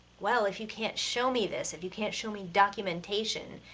well if you can't show me this, if you can't show me documentation,